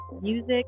music